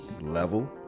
level